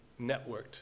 networked